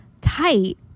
tight